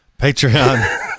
Patreon